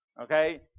Okay